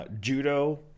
Judo